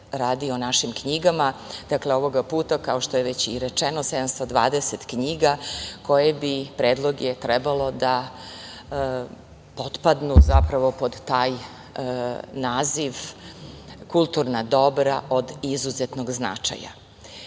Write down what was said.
radi o našim knjigama. Ovoga puta, kao što je već i rečeno, 720 knjiga koje bi, predlog je, trebalo da potpadnu pod taj naziv – kulturna dobra od izuzetnog značaja. Ovaj